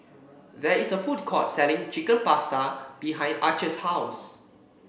there is a food court selling Chicken Pasta behind Arch's house